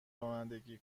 رانندگی